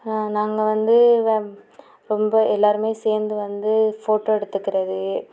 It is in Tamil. நாங்கள் வந்து ரொம்ப எல்லாருமே சேர்ந்து வந்து ஃபோட்டோ எடுத்துக்கிறது